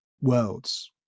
worlds